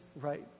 right